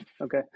Okay